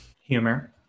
humor